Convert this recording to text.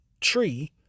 tree